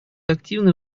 активное